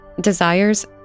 desires